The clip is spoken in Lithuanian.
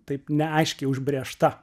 taip neaiškiai užbrėžta